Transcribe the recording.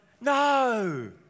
no